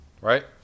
right